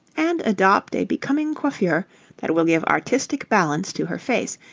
and adopt a becoming coiffure that will give artistic balance to her face,